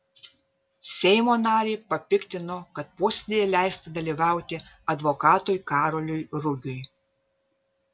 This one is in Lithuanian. seimo narį papiktino kad posėdyje leista dalyvauti advokatui karoliui rugiui